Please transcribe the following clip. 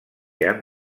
han